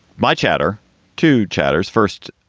my chapter two chapters, first,